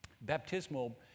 baptismal